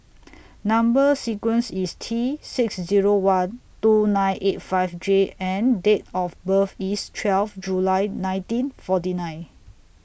Number sequence IS T six Zero one two nine eight five J and Date of birth IS twelve July nineteen forty nine